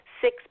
six